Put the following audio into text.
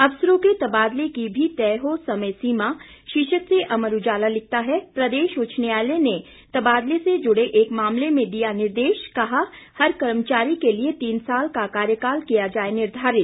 अफसरों के तबादले की भी तय हो समय सीमा शीर्षक से अमर उजाला लिखता है प्रदेश उच्च न्यायालय ने तबादले से जुड़े एक मामले में दिया निर्देश कहा हर कर्मचारी के लिए तीन साल का कार्यकाल किया जाए निर्धारित